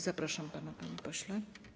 Zapraszam pana, panie pośle.